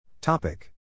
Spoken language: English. Topic